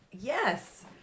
Yes